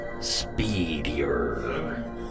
speedier